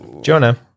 Jonah